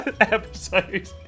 episode